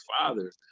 father